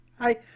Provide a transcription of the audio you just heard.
Hi